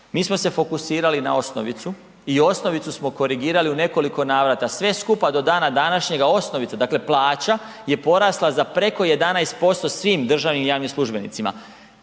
Mi smo se fokusirali na osnovicu i osnovicu smo korigirali u nekoliko navrata. Sve skupa do dana današnjega, osnovica, dakle plaća je porasla za preko 11% svim državnim i javnim službenicima.